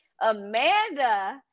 Amanda